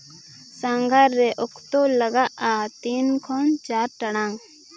ᱥᱟᱸᱜᱷᱟᱨ ᱨᱮ ᱚᱠᱛᱚ ᱞᱟᱜᱟᱜᱼᱟ ᱛᱤᱱ ᱠᱷᱚᱱ ᱪᱟᱨ ᱴᱟᱲᱟᱝ